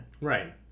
Right